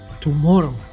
tomorrow